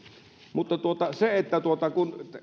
mutta kun